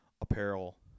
apparel